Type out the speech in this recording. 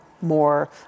more